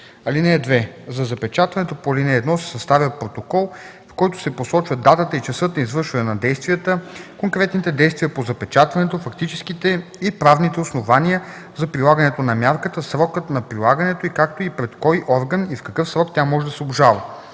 часа. (2) За запечатването по ал. 1 се съставя протокол, в който се посочват датата и часът на извършване на действията, конкретните действия по запечатването, фактическите и правните основания за прилагането на мярката, срокът на прилагането й, както и пред кой орган и в какъв срок тя може да се обжалва.